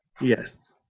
Yes